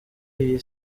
iyi